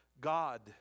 God